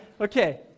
Okay